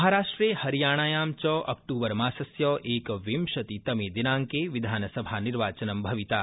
महाराष्ट्रे हरियाणायां च अक्तूबर मासस्य एकविंशतितमे दिनाड़के विधानसभा निर्वाचनं भविता